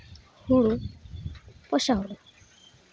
ᱦᱩᱲᱩ ᱵᱚᱨᱥᱟ ᱦᱩᱲᱩ